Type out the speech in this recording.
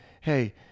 hey